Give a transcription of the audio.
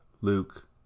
Luke